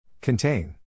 Contain